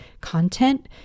content